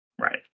Right